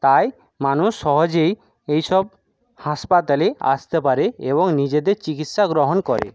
তাই মানুষ সহজেই এইসব হাসপাতালে আসতে পারে এবং নিজেদের চিকিৎসা গ্রহণ করে